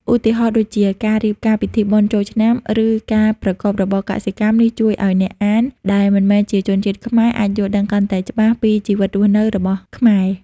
ឧទាហរណ៍ដូចជា ការរៀបការ ពិធីបុណ្យចូលឆ្នាំ ឬការប្រកបរបរកសិកម្ម។ នេះជួយឲ្យអ្នកអានដែលមិនមែនជាជនជាតិខ្មែរ អាចយល់ដឹងកាន់តែច្បាស់ពីជីវិតរស់នៅរបស់ខ្មែរ។